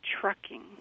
trucking